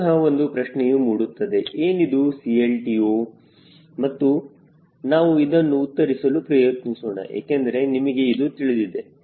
ಪುನಹ ಒಂದು ಪ್ರಶ್ನೆಯೂ ಮೂಡುತ್ತದೆ ಏನಿದು CLTO ಮತ್ತು ನಾವು ಇದನ್ನು ಉತ್ತರಿಸಲು ಪ್ರಯತ್ನಿಸೋಣ ಏಕೆಂದರೆ ನಮಗೆ ಇದು ತಿಳಿದಿದೆ VTO1